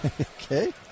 Okay